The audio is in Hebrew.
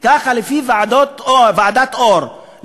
ככה לפי ועדת אור,